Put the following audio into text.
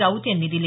राऊत यांनी दिले